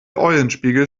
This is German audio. eulenspiegel